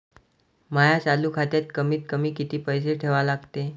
माया चालू खात्यात कमीत कमी किती पैसे ठेवा लागते?